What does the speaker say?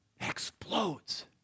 explodes